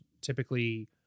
typically